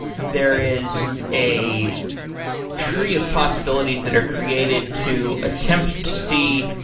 there is a tree of possibilities that are created to attempt to see.